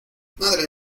madre